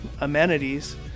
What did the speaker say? amenities